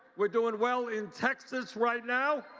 we are doing well in texas right now.